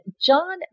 John